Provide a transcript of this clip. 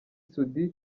soudy